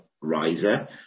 riser